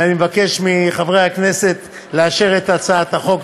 ואני מבקש מחברי הכנסת לאשר את הצעת החוק.